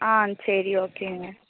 ஆ சரி ஓகேங்க